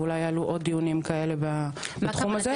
ואולי יעלו עוד דיונים כאלה בתחום הזה.